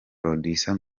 producer